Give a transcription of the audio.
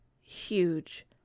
huge